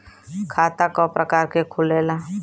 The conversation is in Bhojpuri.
खाता क प्रकार के खुलेला?